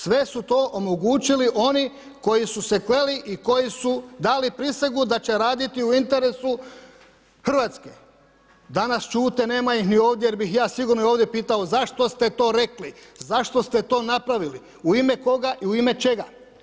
Sve su to omogućili oni koji su se kleli i koji su dali prisegu da će raditi u interesu Hrvatske, danas šute, nema ih ni ovdje jer bih ja sigurno ovdje pitao zašto ste to rekli, zašto ste to napravili, u ime koga i u ime čega.